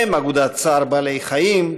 ובהם אגודת צער בעלי-חיים,